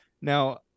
Now